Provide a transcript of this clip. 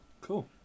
cool